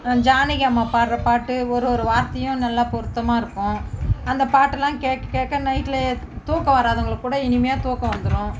ஜானகி அம்மா பாடுற பாட்டு ஒருவொரு வார்த்தையும் நல்லா பொருத்தமாக இருக்கும் அந்த பாட்டெல்லாம் கேட்க கேட்க நைட்டில் தூக்கம் வராதவர்களுக்கு கூட இனிமையாக தூக்கம் வந்துடும்